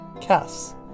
Cass